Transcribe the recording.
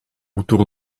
autour